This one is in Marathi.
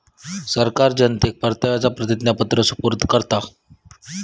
सरकार जनतेक परताव्याचा प्रतिज्ञापत्र सुपूर्द करता